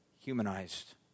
Humanized